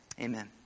Amen